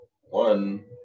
one